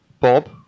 Bob